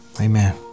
Amen